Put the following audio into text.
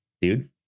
dude